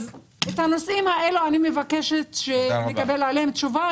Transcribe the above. על הנושאים האלו אני מבקשת לקבל תשובה,